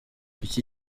iki